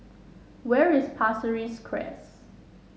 where is Pasir Ris Crest